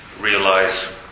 realize